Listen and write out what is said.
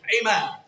Amen